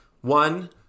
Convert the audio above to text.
One